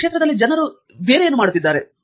ಈ ಕ್ಷೇತ್ರದಲ್ಲಿ ಜನರು ಬೇರೆ ಏನು ಮಾಡುತ್ತಿದ್ದಾರೆ